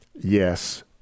yes